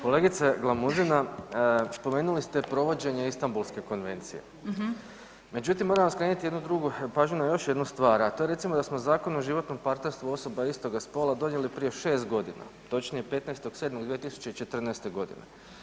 Kolegice Glamuzina spomenuli ste provođene Istambulske konvencije, međutim moram vam skrenuti jednu drugu, pažnju na još jednu stvar, a to je recimo da smo Zakon o životnom partnerstvu osoba istoga spola donijeli prije 6 godina, točnije 15.7.2014. godine.